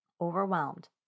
overwhelmed